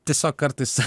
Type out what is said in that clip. tiesiog kartais